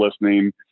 listening